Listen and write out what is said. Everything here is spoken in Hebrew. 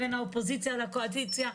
בין האופוזיציה לקואליציה,